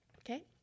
Okay